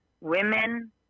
women